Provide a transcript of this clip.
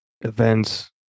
Events